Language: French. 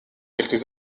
quelque